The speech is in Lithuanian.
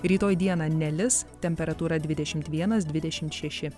rytoj dieną nelis temperatūra dvidešimt vienas dvidešimt šeši